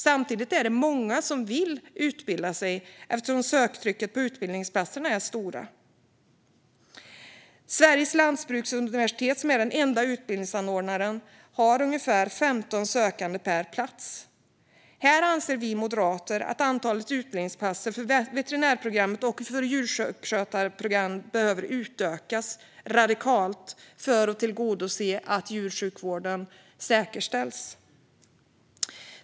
Samtidigt är det många som vill utbilda sig, och söktrycket på utbildningsplatserna är stort. Sveriges lantbruksuniversitet, som är den enda utbildningsanordnaren, har ungefär 15 sökande per plats. Vi moderater anser att antalet utbildningsplatser för veterinärprogrammet och djursjukskötarprogrammet behöver utökas radikalt för att tillgodose att djursjukvården säkerställs.